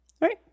right